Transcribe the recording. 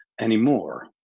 anymore